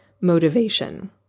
motivation